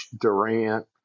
Durant